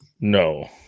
No